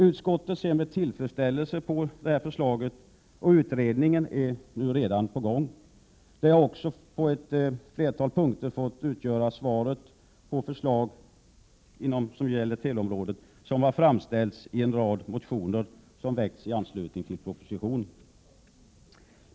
Utskottet ser med tillfredsställelse på propositionens förslag, och utred ningen är redan påbörjad. Denna utredning har också vad gäller ett flertal punkter fått utgöra svaret på olika förslag inom teleområdet som framställts i en rad motioner, väckta i anslutning till propositionen.